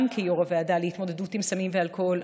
גם כיו"ר הוועדה להתמודדות עם סמים ואלכוהול,